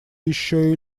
еще